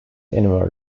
anywhere